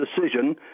decision